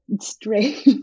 strange